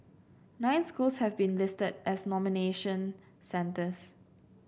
nine schools have been listed as nomination centres